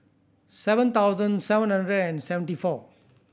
seven thousand seven hundred and seventy four